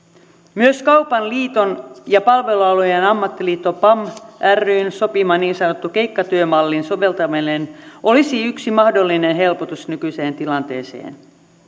myös kaupan liiton ja palvelualojen ammattiliiton pam ryn sopima niin sanottu keikkatyömallin soveltaminen olisi yksi mahdollinen helpotus nykyiseen tilanteeseen